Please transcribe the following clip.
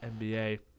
nba